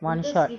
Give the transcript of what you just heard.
one shot